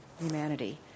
humanity